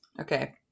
Okay